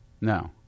No